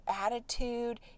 attitude